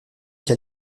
qu’à